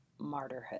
martyrhood